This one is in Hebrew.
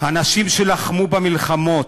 האנשים שלחמו במלחמות,